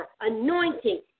anointing